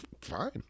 fine